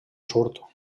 surt